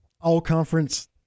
all-conference